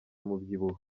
umubyibuho